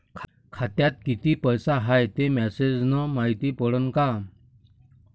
खात्यात किती पैसा हाय ते मेसेज न मायती पडन का?